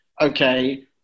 okay